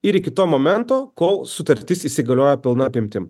ir iki to momento kol sutartis įsigalioja pilna apimtim